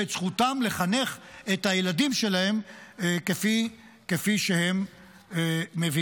ואת זכותם לחנך את הילדים שלהם כפי שהם מבינים.